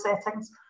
settings